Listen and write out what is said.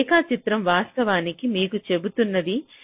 ఈ రేఖాచిత్రం వాస్తవానికి మీకు చెబుతుంది